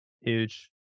Huge